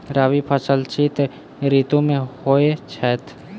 रबी फसल शीत ऋतु मे होए छैथ?